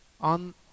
on